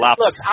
look